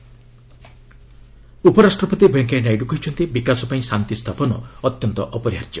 VP BJP ଉପରାଷ୍ଟ୍ରପତି ଭେଙ୍କିୟା ନାଇଡୁ କହିଛନ୍ତି ବିକାଶ ପାଇଁ ଶାନ୍ତି ସ୍ଥାପନ ଅତ୍ୟନ୍ତ ଅପରିହାର୍ଯ୍ୟ